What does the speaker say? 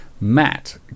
Matt